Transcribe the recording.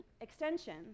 extension